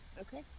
Okay